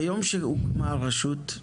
ביום שהוקמה הרשות,